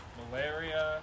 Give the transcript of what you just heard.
malaria